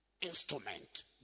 instrument